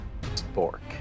Spork